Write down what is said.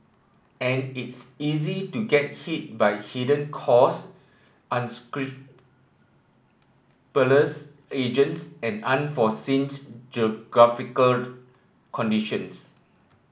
and it's easy to get hit by hidden cost agents and unforeseen geographical conditions